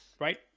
right